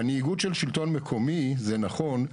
אני איגוד של שלטון מקומי, זה נכון.